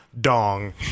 Dong